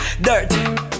dirt